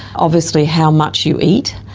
obviously how much you eat,